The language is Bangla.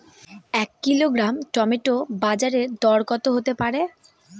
এক কিলোগ্রাম টমেটো বাজের দরকত হতে পারে?